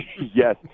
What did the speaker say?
Yes